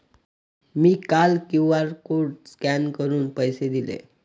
मी काल QR code scan करून पैसे दिले